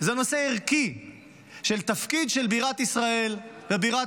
זה נושא ערכי של תפקיד של בירת ישראל ובירת